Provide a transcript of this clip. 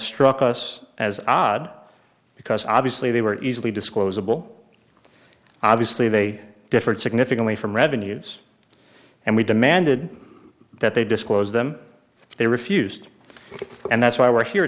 struck us as odd because obviously they were easily disclosable obviously they differed significantly from revenues and we demanded that they disclose them they refused and that's why we're here